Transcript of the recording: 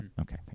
okay